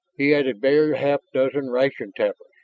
he had a bare half dozen ration tablets.